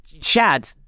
Shad